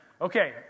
Okay